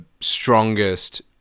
strongest